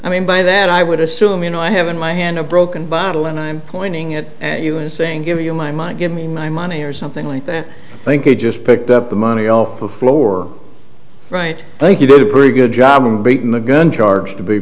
i mean by that i would assume you know i have in my hand a broken bottle and i'm pointing it at you and saying give you my mind give me my money or something like that i think you just picked up the money off the floor right thank you did a pretty good job of beating the gun charge to be